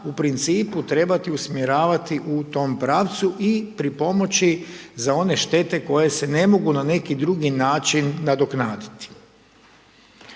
u principu trebati usmjeravati u tom pravcu i pripomoći za one štete koje se ne mogu na neki drugi način nadoknaditi.